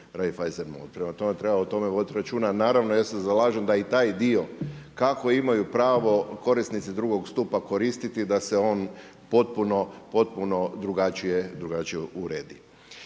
Raiffeisen. Prema tome treba o tome voditi računa. A naravno ja se zalažem da i taj dio kako imaju pravo korisnici drugog stupa koristiti da se on potpuno drugačije uredi.